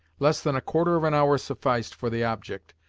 less than a quarter of an hour sufficed for the object,